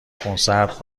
خونسرد